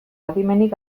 adimenik